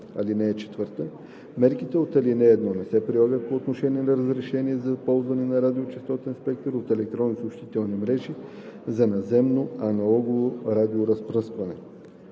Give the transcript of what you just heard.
глава шеста. (4) Мерките по ал. 1 не се прилагат по отношение на разрешения за ползване на радиочестотен спектър от електронни съобщителни мрежи за наземно аналогово радиоразпръскване.“